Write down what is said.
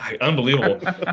unbelievable